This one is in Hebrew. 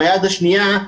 ביד השנייה,